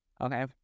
Okay